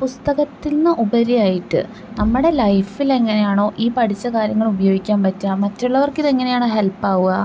പുസ്തകത്തിൽ നിന്ന് ഉപരിയായിട്ട് നമ്മുടെ ലൈഫിലെങ്ങനെയാണോ ഈ പഠിച്ച കാര്യങ്ങളുപയോഗിക്കാൻ പറ്റുക മറ്റുള്ളവർക്കിതെങ്ങനെയാണോ ഹെൽപ്പാവുക